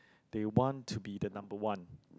they want to be the number one